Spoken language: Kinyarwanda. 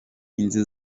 inzu